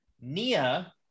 Nia